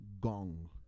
gong